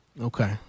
Okay